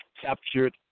captured